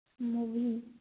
movie